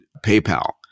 PayPal